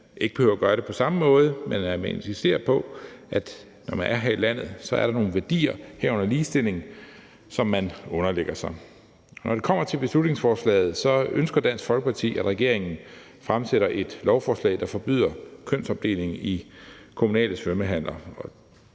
ikke behøver at gøre det på samme måde, men at man insisterer på, at når man er her i landet, er der nogle værdier, herunder ligestilling, som man underlægger sig. Når det kommer til beslutningsforslaget, ønsker Dansk Folkeparti, at regeringen fremsætter et lovforslag, der forbyder kønsopdeling i kommunale svømmehaller.